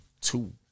two